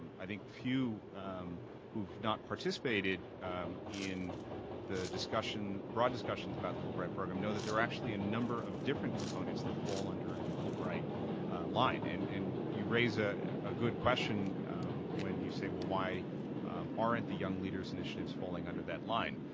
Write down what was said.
i think few who've not participated in the broad discussions about the fulbright program, know that there are actually a number of different components that fall under the fulbright line. and and you raise ah a good question when you say, well, why aren't the young leaders initiatives falling under that line?